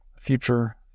future